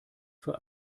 für